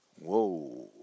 whoa